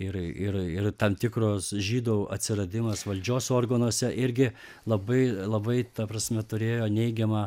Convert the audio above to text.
ir ir ir tam tikros žydų atsiradimas valdžios organuose irgi labai labai ta prasme turėjo neigiamą